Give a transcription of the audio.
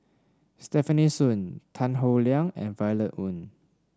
Stefanie Sun Tan Howe Liang and Violet Oon